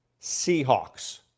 Seahawks